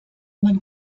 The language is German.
man